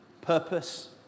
purpose